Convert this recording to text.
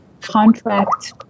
contract